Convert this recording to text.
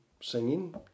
singing